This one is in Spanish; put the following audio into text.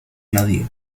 nadie